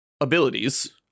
Abilities